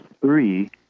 three